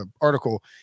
article